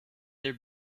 there